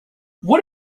what